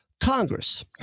Congress